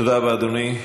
תודה רבה, אדוני.